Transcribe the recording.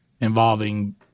involving